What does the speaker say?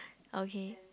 okay